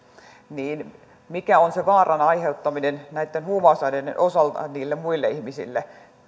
että mikä on se vaaran aiheuttaminen näitten huumausaineiden osalta niille muille ihmisille